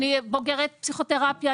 אני בוגרת פסיכותרפיה,